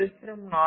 పరిశ్రమ 4